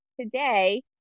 today